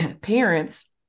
parents